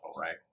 Right